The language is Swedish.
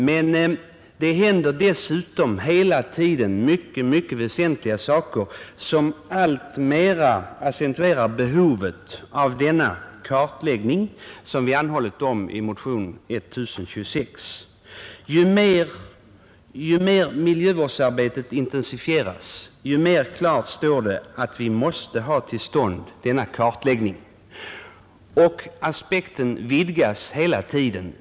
Men det händer dessutom hela tiden mycket väsentliga saker, som alltmera accentuerar behovet av den kartläggning som vi anhållit om i motion 1026. Ju mer miljövårdsarbetet intensifieras, desto mer klart står det att vi måste ha till stånd denna kartläggning. Och aspekten vidgas hela tiden.